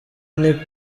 niko